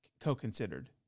co-considered